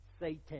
Satan